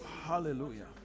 Hallelujah